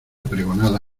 pregonada